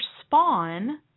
spawn